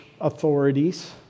authorities